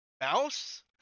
mouse